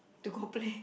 to go play